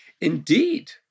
Indeed